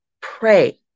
pray